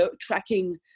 tracking